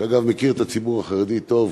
שאגב מכיר את הציבור החרדי טוב,